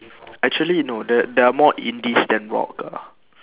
actually no there there are more indies than rock ah